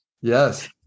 Yes